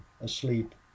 asleep